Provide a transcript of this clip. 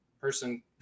person